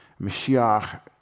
Mashiach